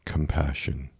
Compassion